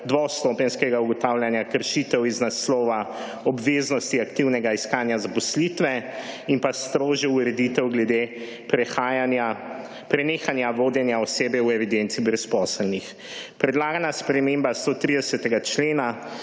dvostopenjskega ugotavljanja kršitev iz naslova obveznosti aktivnega iskanja zaposlitve in pa strožjo ureditev glede prenehanja vodenja osebe v evidenci brezposelnih. Predlagana sprememba 130. člena